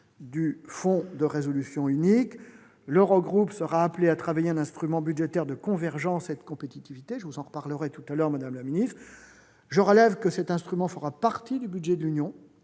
du Fonds de résolution unique. L'Eurogroupe sera appelé à travailler à l'élaboration d'un instrument budgétaire de convergence et de compétitivité- je vous en reparlerai tout à l'heure, madame la ministre. Je relève que cet instrument fera partie du budget de l'Union.